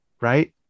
right